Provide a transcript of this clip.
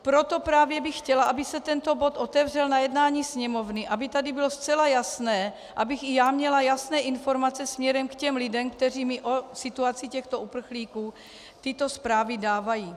Proto právě bych chtěla, aby se tento bod otevřel na jednání Sněmovny, aby tady bylo zcela jasné, abych i já měla jasné informace směrem k těm lidem, kteří mi o situaci těchto uprchlíků tyto zprávy dávají.